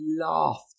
laughed